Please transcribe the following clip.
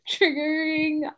triggering